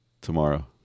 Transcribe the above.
tomorrow